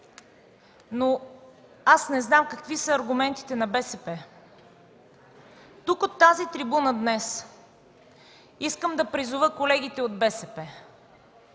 но аз не знам какви са аргументите на БСП. Тук от тази трибуна днес искам да призова колегите от БСП